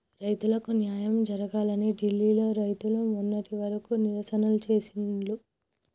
రైతులకు న్యాయం జరగాలని ఢిల్లీ లో రైతులు మొన్నటి వరకు నిరసనలు చేసిండ్లు